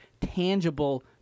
tangible